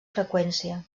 freqüència